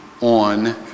on